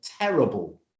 terrible